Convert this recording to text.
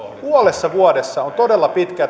puolessa vuodessa on todella niin pitkä